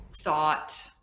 thought